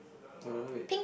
another red